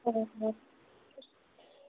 हां